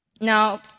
Now